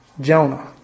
Jonah